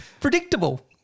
predictable